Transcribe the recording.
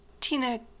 Tina